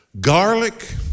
Garlic